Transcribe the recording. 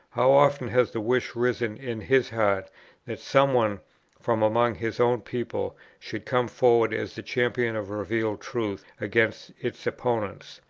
how often has the wish risen in his heart that some one from among his own people should come forward as the champion of revealed truth against its opponents!